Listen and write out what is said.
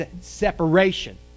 separation